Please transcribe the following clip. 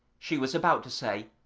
she was about to say,